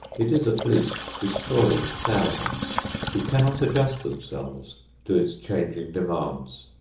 it is at least destroying thousands who cannot adjust themselves to its changing demands.